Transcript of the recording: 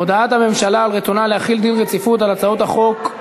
הודעת הממשלה על רצונה להחיל דין רציפות על הצעות החוק,